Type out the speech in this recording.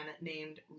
named